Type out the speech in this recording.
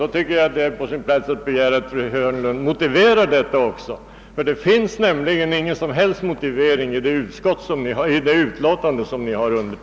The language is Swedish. Då tycker jag det är på sin plats att fru Hörnlund också motiverar sin ståndpunkt, ty det finns ingen som helst motivering i utlåtandet.